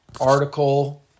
article